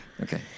Okay